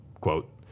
quote